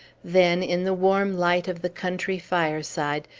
then, in the warm light of the country fireside,